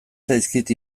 zaizkit